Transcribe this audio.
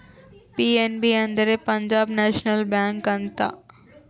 PNB ಅಂದ್ರೆ Punjab national bank ಅಂತ